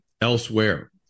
elsewhere